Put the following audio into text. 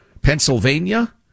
Pennsylvania